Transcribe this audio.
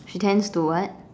she tends to what